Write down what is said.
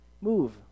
Move